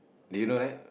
did you know that